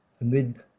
Amid